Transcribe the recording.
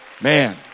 Man